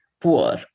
poor